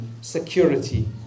security